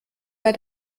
bei